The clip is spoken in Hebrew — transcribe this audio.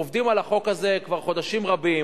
עובדים על החוק הזה כבר חודשים רבים,